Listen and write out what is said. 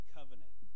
Covenant